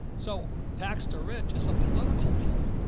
so taxed or rich, it's a political ploy.